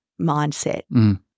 mindset